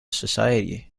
society